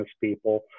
people